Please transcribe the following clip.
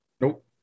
Nope